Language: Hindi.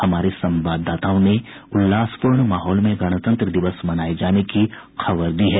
हमारे संवाददाताओं ने उल्लासपूर्ण माहौल में गणतंत्र दिवस मनाये जाने की खबर दी है